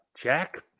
Jack